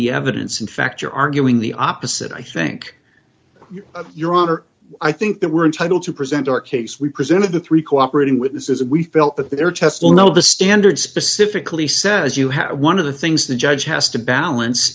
the evidence in fact you're arguing the opposite i think your honor i think that we're entitled to present our case we presented to three cooperating witnesses and we felt that their test will know the standard specifically says you have one of the things the judge has to balance